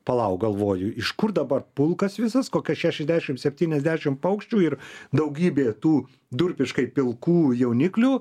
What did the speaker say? palauk galvoju iš kur dabar pulkas visas kokias šešiasdešimt septyniasdešimt paukščių ir daugybė tų durpiškai pilkų jauniklių